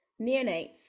neonates